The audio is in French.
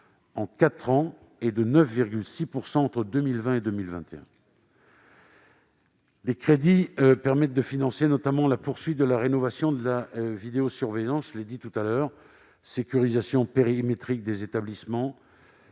en quatre ans et de 9,6 % entre 2020 et 2021. Les crédits permettent de financer, notamment, la poursuite de la rénovation de la vidéosurveillance, avec la sécurisation périmétrique des établissements,